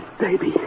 baby